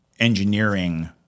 engineering